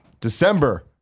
December